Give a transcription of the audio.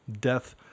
death